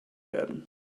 werden